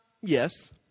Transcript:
Yes